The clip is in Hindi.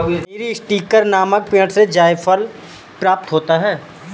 मीरीस्टिकर नामक पेड़ से जायफल प्राप्त होता है